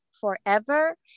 forever